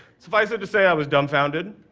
suffice it to say, i was dumbfounded.